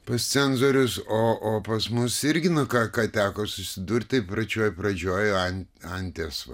pas cenzorius o o pas mus irgi nu ką ką teko susidurti pačioj pradžioj ant anties